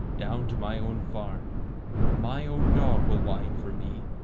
down to my own farm my own dog will whine for me,